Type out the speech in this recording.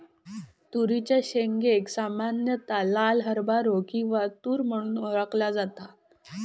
तुरीच्या शेंगेक सामान्यता लाल हरभरो किंवा तुर म्हणून ओळखला जाता